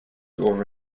over